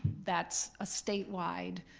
that's a statewide,